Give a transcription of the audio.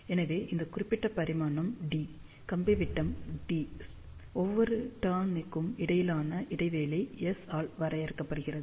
எனவே இந்த குறிப்பிட்ட பரிமாணம் D கம்பி விட்டம் d ஒவ்வொரு டர்ன் க்கும் இடையிலான இடைவெளி S ஆல் வரையறுக்கப்படுகிறது